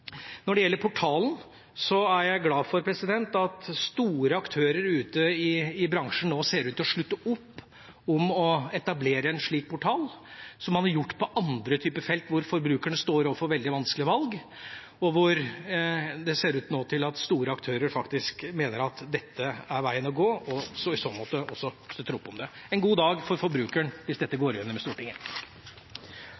å slutte opp om å etablere en slik portal, som man har gjort på andre typer felt hvor forbrukerne står overfor veldig vanskelige valg, og hvor det nå ser ut til at store aktører mener at dette er veien å gå, og i så måte også støtter opp om det. En god dag for forbrukeren, hvis dette går igjennom i Stortinget.